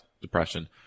Depression